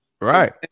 Right